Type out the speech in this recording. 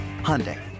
Hyundai